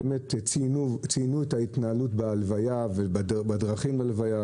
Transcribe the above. ציינו את ההתנהלות בהלוויה ובדרכים להלוויה,